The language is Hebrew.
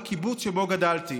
בקיבוץ שבו גדלתי.